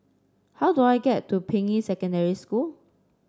how do I get to Ping Yi Secondary School